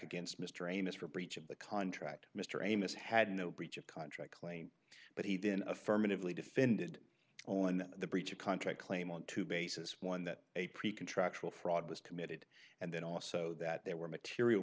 against mr amos for breach of the contract mr amos had no breach of contract claim but he then affirmatively defended own the breach of contract claim on two basis one that a pre contract to a fraud was committed and then also that there were material